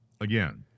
Again